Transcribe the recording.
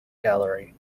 gallery